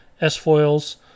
S-Foils